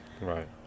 Right